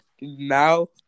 now